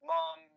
Mom